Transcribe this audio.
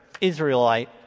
Israelite